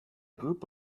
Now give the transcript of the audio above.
group